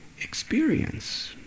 experience